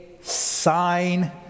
sign